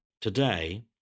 today